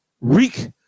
Reek